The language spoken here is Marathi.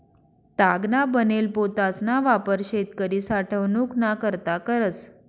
तागना बनेल पोतासना वापर शेतकरी साठवनूक ना करता करस